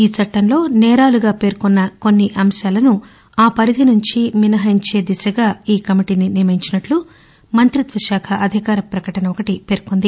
ఈ చట్టంలో నేరాలుగా పేర్కొన్న కొన్ని అంశాలను ఆ పరిధినుంచి మినహాయించే దిశగా ఈ కమిటీని నియమించినట్లు మంత్రిత్వశాఖ అధికార పకటన పేర్సొంది